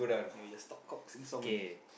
then just talk cock sing song only